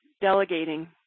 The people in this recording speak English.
delegating